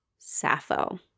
Sappho